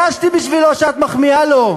התביישתי בשבילו שאת מחמיאה לו.